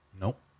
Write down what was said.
Nope